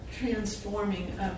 transforming